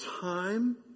time